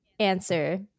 answer